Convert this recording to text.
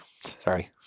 Sorry